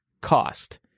cost